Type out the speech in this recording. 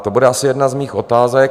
To bude asi jedna z mých otázek.